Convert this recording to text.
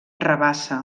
rabassa